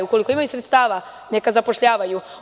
Ukoliko imaju sredstava neka zapošljavaju.